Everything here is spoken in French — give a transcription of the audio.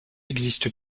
existe